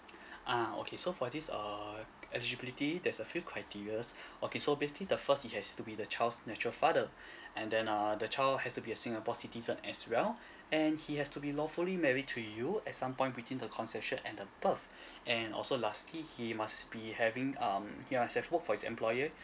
ah okay so for this err eligibility there's a few criterias okay so basically the first he has to be the child's natural father and then uh the child has to be a singapore citizen as well and he has to be lawfully married to you at some point between the conception and the birth and also lastly he must be having um ya has worked for his employer